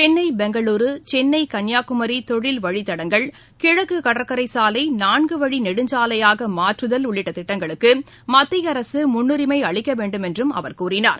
சென்னை பெங்களுரு சென்னை கன்னியாகுமரி தொழில் வழித்தடங்கள் கிழக்கு கடற்கரை சாலை நான்குவழி நெடுஞ்சாலையாகமாற்றுதல் உள்ளிட்டத் திட்டங்களுக்கு மத்திய அரசு முன்னுரிமை அளிக்க வேண்டுமென்றும் அவர் கூறினார்